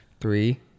Three